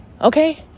okay